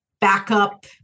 backup